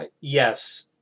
Yes